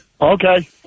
Okay